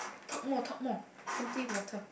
talk more talk more simply water